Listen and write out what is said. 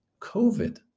COVID